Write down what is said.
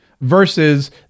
versus